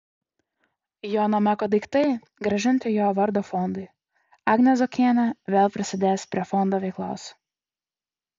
jono meko daiktai grąžinti jo vardo fondui agnė zuokienė vėl prisidės prie fondo veiklos